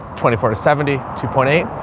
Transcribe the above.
twenty four to seventy two point eight,